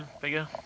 figure